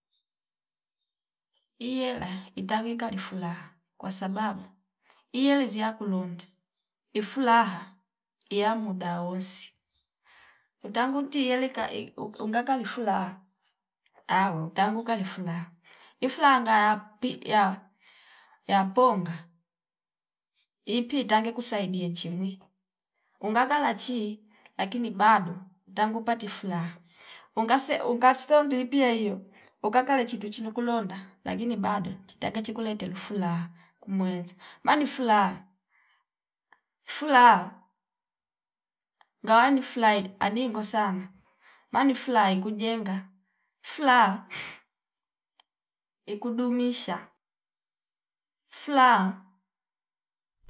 Iyela itangi kali fulaha kwasababu iyeli ziya kulondi ifulaha iya muda wonsi utanguti yeleka ii uuk- uukanga lifulaha au tanguka li fulaha ifulaha ngaya pi ya yaponga ipi tange kusaidie chimwi ungakala chi akini bado utangu pati fulaha ungase ungasto ndipi yaio unga kale chitu chino kulonda lakini bado chitange chikulete teri fulaha kumwenza mani fulaha, fulaha ngawa ni fulaili aningo sana mani fulaha ingujenga fulaha ikudumisha fulaha